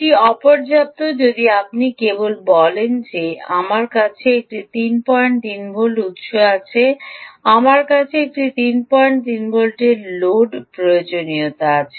এটি অপর্যাপ্ত যদি আপনি কেবল বলেন যে আমার কাছে একটি 33 ভোল্ট উত্স আছে আমার কাছে একটি 33 ভোল্টের লোড প্রয়োজনীয়তা আছে